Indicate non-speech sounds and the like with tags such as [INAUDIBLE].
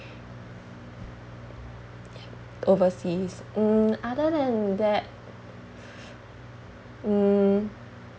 overseas mm other than that [BREATH] mm